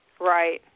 Right